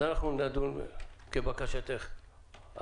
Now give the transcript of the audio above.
נדון כבקשתך,